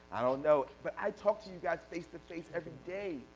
i don't know. but i talk to you guys face to face every day.